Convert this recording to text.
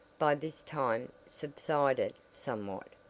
by this time subsided somewhat,